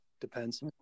depends